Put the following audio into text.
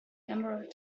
emerald